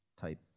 type